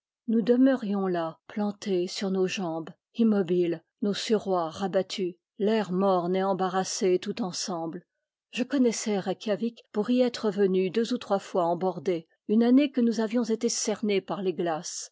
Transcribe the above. nous demeurions là plantés sur nos jambes immobiles nos suroîts rabattus l'air morne et embarrassé tout ensemble je connaissais reikiavik pour y être venu deux ou trois fois en bordée une année que nous avions été cernés par les glaces